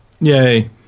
Yay